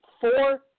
four –